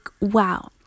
wow